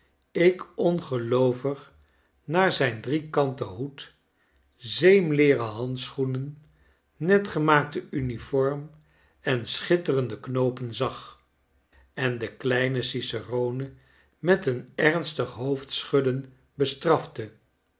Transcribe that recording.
ik ongeloovig naar zijn driekanten hoed zeemleeren handschoenen net gemaakte uniform en schitterende knoopen zag en den kleinen cicerone met een ernstig hoofdschudden bestrafte